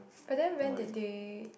but then when they there